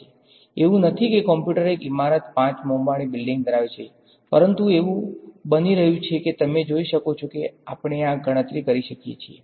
એવું નથી કે કમ્પ્યુટર એક ઇમારત પાંચ બહુમાળી બિલ્ડિંગ ધરાવે છે પરંતુ એવું બની રહ્યું છે કે તમે જોઈ શકો છો કે આપણે આ ગણતરી કરી શકીએ છીએ